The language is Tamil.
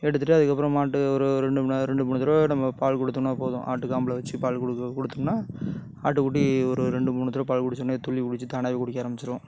எடுத்துவிட்டு அதுக்கப்பறம் மாட்டு ஒரு ரெண்டு மண்நேரம் ரெண்டு மூணு தரவை நம்ப பால் கொடுத்தோன்னா போதும் ஆட்டு காம்பில வச்சி பால் கொடுக்க கொடுத்தோம்னா ஆட்டுக்குட்டி ஒரு ரெண்டு மூணு தரவை பால் குடிச்சோன்னே துள்ளி குதிச்சு தானாகவே குடிக்க ஆரமிச்சிரும்